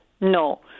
no